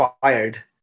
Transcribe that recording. fired